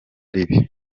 ribi